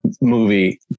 movie